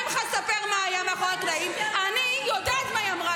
והיא אמרה